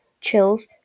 chills